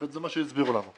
לפחות זה מה שהסבירו לנו.